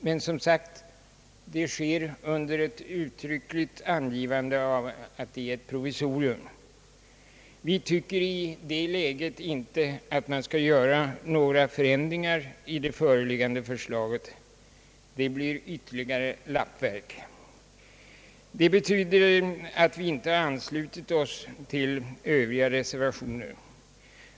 Men, som sagt, det sker under ett uttryckligt angivande av att det är ett provisorium. Vi tycker i detta läge att man inte skall göra några förändringar i det föreliggande förslaget. Det blir ytterligare lappverk. Det betyder att vi inte har anslutit oss till övriga reservationer.